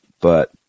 but-